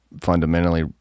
fundamentally